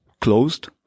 closed